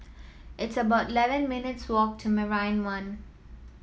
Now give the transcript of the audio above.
it's about eleven minutes' walk to Marina One